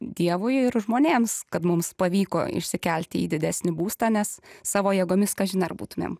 dievui ir žmonėms kad mums pavyko išsikelti į didesnį būstą nes savo jėgomis kažin ar būtumėm